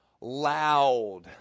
loud